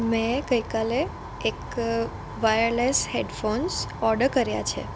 મેં ગઈ કાલે એક વાયરલેસ હેડફોન્સ ઓડર કર્યા છે